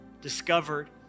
discovered